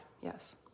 Yes